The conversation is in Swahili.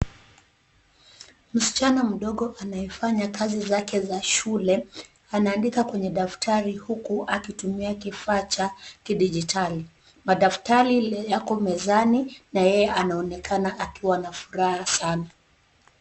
Msichana mdogo anayefanya kazi zake za shule anaandika kwenye daftari huku akitumia kifaa cha kidijitali. Madaftari yako mezani na yeye anaonekana akiwa na furaha sana.